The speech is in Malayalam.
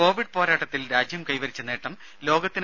കോവിഡ് പോരാട്ടത്തിൽ രാജ്യം കൈവരിച്ച നേട്ടം ലോകത്തിന്